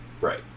Right